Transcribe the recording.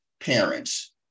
parents